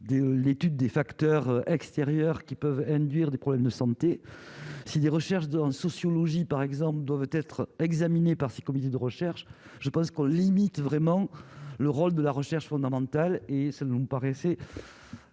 l'étude des facteurs extérieurs qui peuvent induire des problèmes de santé si des recherches de sociologie, par exemple, doivent être examinés par 6 comités de recherche, je pense qu'on limite vraiment le rôle de la recherche fondamentale et ça ne nous paraissait